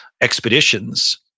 expeditions